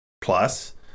plus